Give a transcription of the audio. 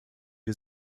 wir